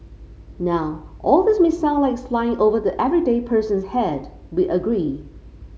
now all this may sound like it's flying over the everyday person's head we agree